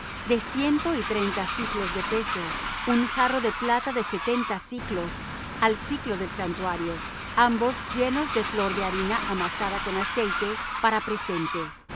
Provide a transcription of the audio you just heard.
de ciento y treinta siclos de peso un jarro de plata de setenta siclos al siclo del santuario ambos llenos de flor de harina amasada con aceite para presente